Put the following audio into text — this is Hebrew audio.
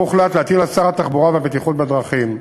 שבו הוחלט להטיל על שר התחבורה והבטיחות בדרכים,